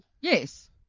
Yes